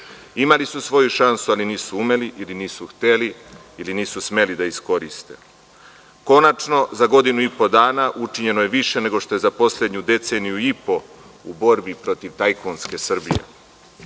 Imali su svoju šansu, ali nisu umeli ili nisu hteli ili nisu smeli da je iskoriste. Konačno, za godinu i po dana učinjeno je više nego što je za poslednju deceniju i po u borbi protiv tajkunske